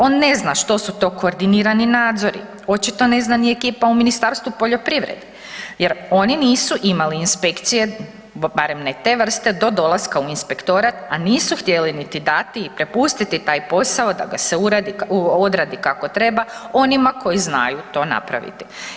On ne zna što su to koordinirani nadzori, očito ne zna ni ekipa u Ministarstvu poljoprivrede jer oni nisu imali inspekcije barem ne te vrste do dolaska u inspektorat, a nisu htjeli niti dati i prepustiti taj posao da ga se odradi kako treba onima koji znaju to napraviti.